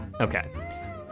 Okay